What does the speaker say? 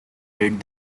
did